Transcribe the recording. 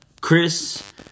Chris